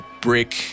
brick